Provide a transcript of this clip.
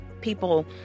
people